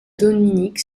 dominique